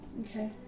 Okay